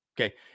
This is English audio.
Okay